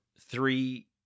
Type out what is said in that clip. three